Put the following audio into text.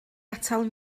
atal